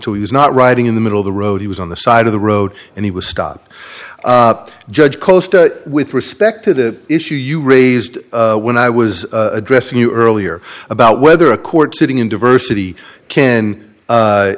so he's not riding in the middle of the road he was on the side of the road and he was stop judge coast with respect to the issue you raised when i was addressing you earlier about whether a court sitting in diversity can